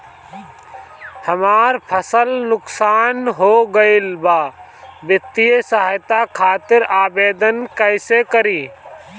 हमार फसल नुकसान हो गईल बा वित्तिय सहायता खातिर आवेदन कइसे करी?